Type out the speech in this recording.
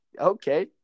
okay